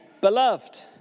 Beloved